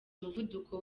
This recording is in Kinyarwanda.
umuvuduko